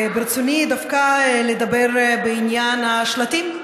ברצוני דווקא לדבר בעניין השלטים,